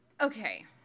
okay